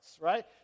right